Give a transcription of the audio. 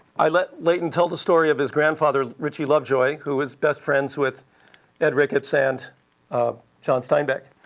i let leighton tell the story of his grandfather richie lovejoy, who was best friends with ed ricketts and ah john steinbeck.